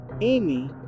amy